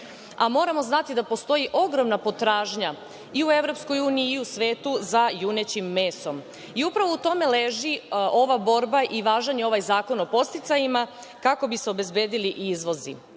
a moramo znati da postoji ogromna potražnja i u EU i u svetu za junećim mesom. Upravo u tome leži ova borba i važan je ovaj Zakon o podsticajima, kako bi se obezbedili izvozi,